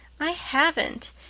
i haven't.